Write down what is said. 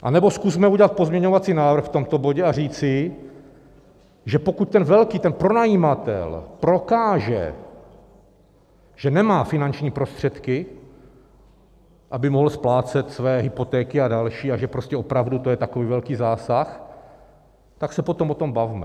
Anebo zkusme udělat pozměňovací návrh v tomto bodě a říci, že pokud ten velký, ten pronajímatel, prokáže, že nemá finanční prostředky, aby mohl splácet své hypotéky a další, a že prostě to je opravdu takový velký zásah, tak se o tom potom bavme.